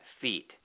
feet